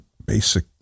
basic